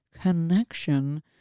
connection